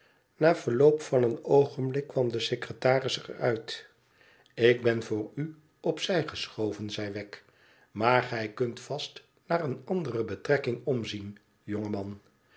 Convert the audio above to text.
na verloop van een oogenblik kwam de secretaris er uit tik ben voor u op zij geschoven zei wegg tmaar gij kunt vast naar eene andere betrekking omzien jonkman de